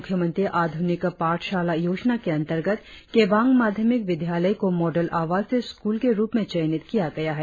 मुख्यमंत्री आधुनिक पाठशाला योजना के अंतर्गत केबांग माध्यमिक विद्यालय को मॉडल आवासीय स्क्रल के रुप में चयनित किया गया है